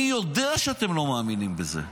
אני יודע שאתם לא מאמינים בזה,